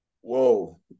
whoa